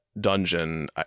dungeon